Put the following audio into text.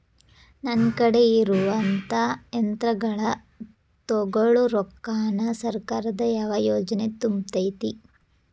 ನನ್ ಕಡೆ ಇರುವಂಥಾ ಯಂತ್ರಗಳ ತೊಗೊಳು ರೊಕ್ಕಾನ್ ಸರ್ಕಾರದ ಯಾವ ಯೋಜನೆ ತುಂಬತೈತಿ?